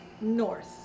North